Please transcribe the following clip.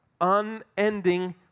Unending